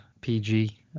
PG